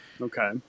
Okay